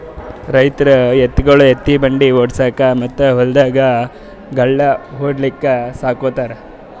ರೈತರ್ ಎತ್ತ್ಗೊಳು ಎತ್ತಿನ್ ಬಂಡಿ ಓಡ್ಸುಕಾ ಮತ್ತ್ ಹೊಲ್ದಾಗ್ ಗಳ್ಯಾ ಹೊಡ್ಲಿಕ್ ಸಾಕೋತಾರ್